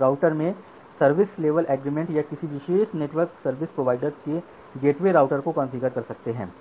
router में service level agreement या किसी विशिष्ट नेटवर्क सर्विस प्रोवाइडर के गेटवे राउटर को कॉन्फ़िगर कर सकते हैं